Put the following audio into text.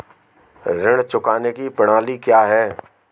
ऋण चुकाने की प्रणाली क्या है?